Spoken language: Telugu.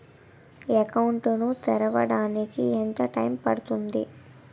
అకౌంట్ ను తెరవడానికి ఎంత టైమ్ పడుతుంది?